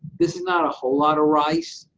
this is not a whole lot of rice.